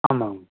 ஆமாம்ங்க